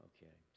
Okay